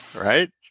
Right